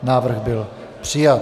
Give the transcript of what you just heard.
Návrh byl přijat.